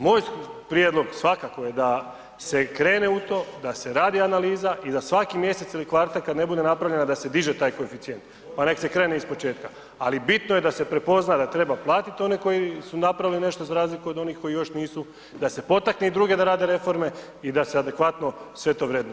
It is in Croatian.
Moj prijedlog svakako je da se krene u to, da se radi analiza i da svaki mjesec ili kvartal kad ne bude napravljena, da se diže taj koeficijent pa nek se krene ispočetka ali bitno je da se prepozna da treba platiti one koji su napravili nešto za razliku od onih koji još nisu, da se potakne i druge da rade reforme i da se adekvatno sve to vrednuje.